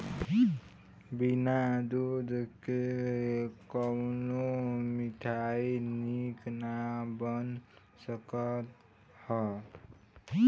बिना दूध के कवनो मिठाई निक ना बन सकत हअ